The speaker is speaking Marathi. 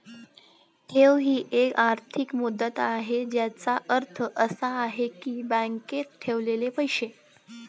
ठेव ही एक आर्थिक मुदत आहे ज्याचा अर्थ असा आहे की बँकेत ठेवलेले पैसे